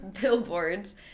billboards